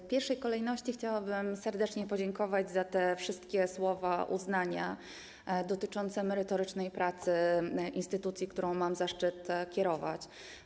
W pierwszej kolejności chciałabym serdecznie podziękować za te wszystkie słowa uznania dotyczące merytorycznej pracy instytucji, którą mam zaszczyt kierować.